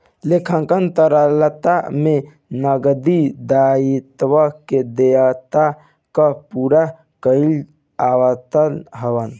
लेखांकन तरलता में नगदी दायित्व के देयता कअ पूरा कईल आवत हवे